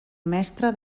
mestre